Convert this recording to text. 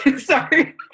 Sorry